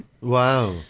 Wow